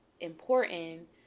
Important